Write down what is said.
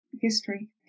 history